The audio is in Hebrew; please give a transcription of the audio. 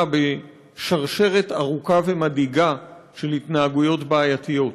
בשרשרת ארוכה ומדאיגה של התנהגויות בעייתיות.